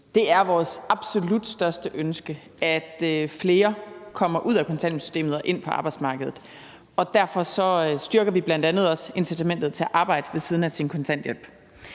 Det er vores absolut største ønske, at flere kommer ud af kontanthjælpssystemet og ind på arbejdsmarkedet. Derfor styrker vi bl.a. også incitamentet til at arbejde, ved siden af at man får sin kontanthjælp.